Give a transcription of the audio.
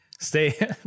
Stay